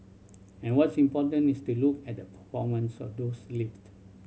and what's important is to look at the performance of those lift